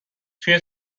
توی